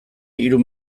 hiru